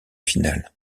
finale